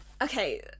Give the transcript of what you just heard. Okay